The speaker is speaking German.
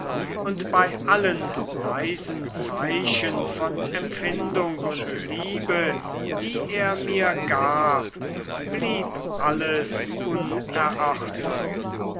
und bei allen leisen zeichen von empfindung und liebe die er mir gab blieb alles unerörtert